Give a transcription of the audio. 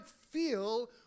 feel